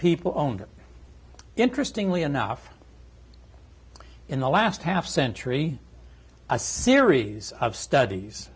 people owned interesting lee enough in the last half century a series of studies